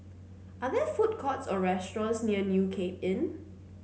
are there food courts or restaurants near New Cape Inn